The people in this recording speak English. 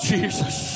Jesus